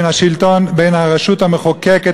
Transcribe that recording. הרשות המחוקקת,